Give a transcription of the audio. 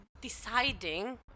Deciding